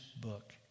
book